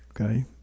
okay